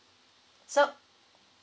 so